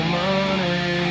money